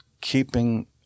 keeping